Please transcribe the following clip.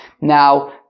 Now